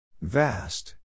Vast